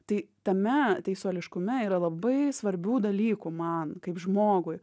tai tame teisuoliškume yra labai svarbių dalykų man kaip žmogui